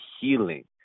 healing